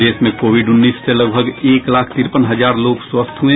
प्रदेश में कोविड उन्नीस से लगभग एक लाख तिरपन हजार लोग स्वस्थ हुये